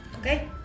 Okay